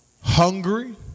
Hungry